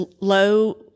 low